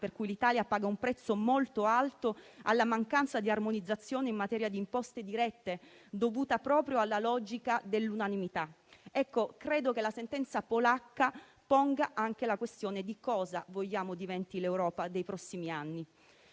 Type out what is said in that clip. per cui l'Italia paga un prezzo molto alto alla mancanza di armonizzazione in materia di imposte dirette, dovuta proprio alla logica dell'unanimità. Credo che la sentenza polacca ponga anche la questione di cosa vogliamo diventi l'Europa dei prossimi anni.